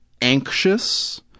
anxious